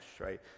right